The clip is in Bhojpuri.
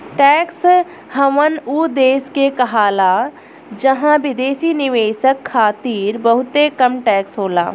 टैक्स हैवन उ देश के कहाला जहां विदेशी निवेशक खातिर बहुते कम टैक्स होला